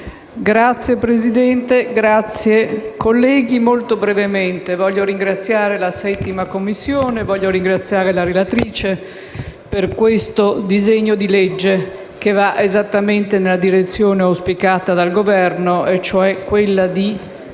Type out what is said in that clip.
Signora Presidente, onorevoli colleghi, molto brevemente voglio ringraziare la 7a Commissione e la relatrice per questo disegno di legge che va esattamente nella direzione auspicata dal Governo, cioè quella di